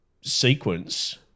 sequence